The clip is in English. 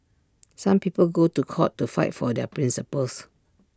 some people go to court to fight for their principles